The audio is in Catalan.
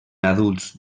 adults